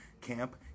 camp